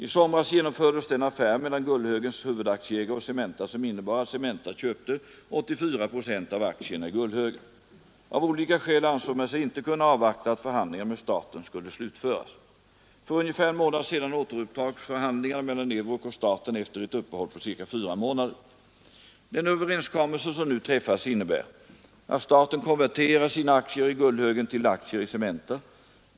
I somras genomfördes den affär mellan Gullhögens huvudaktieägare och Cementa som innebar att Cementa köpte 84 procent av aktierna i Gullhögen. Av olika skäl ansåg man sig inte kunna avvakta att förhandlingarna med staten skulle slutföras. För ungefär en månad sedan återupptogs förhandlingarna mellan Euroc och staten efter ett uppehåll på ca fyra månader. Den överenskommelse som nu träffats innebär att staten konverterar sina aktier i Gullhögen till aktier i Cementa.